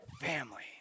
family